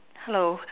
hello